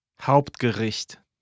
Hauptgericht